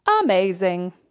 amazing